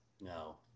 No